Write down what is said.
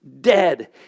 Dead